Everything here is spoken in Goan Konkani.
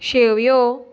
शेवयो